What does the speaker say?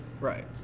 right